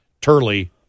Turley